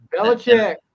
Belichick